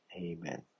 amen